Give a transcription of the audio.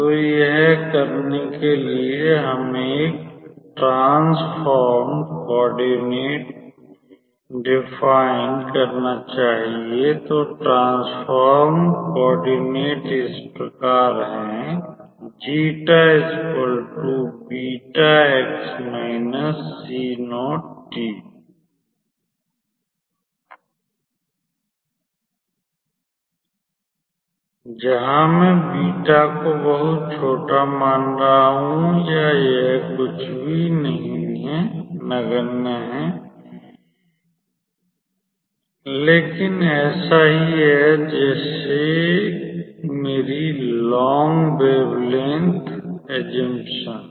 तो यह करने के लिए हमें एक ट्रान्सफॉर्म्ड कॉर्डिनेट डिफ़ाइन करना चाहिए तो ट्रान्सफॉर्म्ड कॉर्डिनेट इस प्रकार है जहाँ मैं बीटा को बहुत छोटा मान रहा हूँ या यह कुछ भी नहींनगण्य है लेकिन ऐसा ही है जैसे मेरी लोंग वेवलेंथ धारणा